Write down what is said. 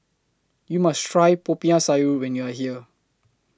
YOU must Try Popiah Sayur when YOU Are here